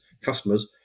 customers